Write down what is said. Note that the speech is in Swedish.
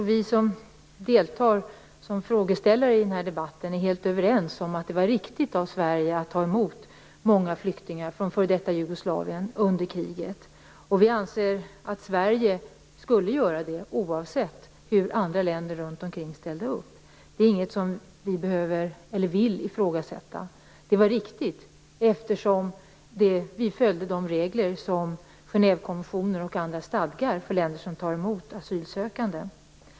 Fru talman! Jag tror att vi som ställer frågor i denna debatt är helt överens om att det var riktigt av Sverige att ta emot många flyktingar från f.d. Jugoslavien under kriget. Vi anser att Sverige skulle göra det oavsett hur andra länder runt omkring ställde upp. Det är inget som vi vill ifrågasätta. Det var riktigt, eftersom vi följde de regler som Genèvekonventioner och andra stadgar för länder som tar emot asylsökande.